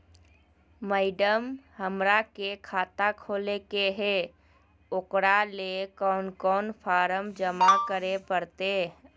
Madam, हमरा के खाता खोले के है उकरा ले कौन कौन फारम जमा करे परते?